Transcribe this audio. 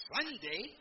Sunday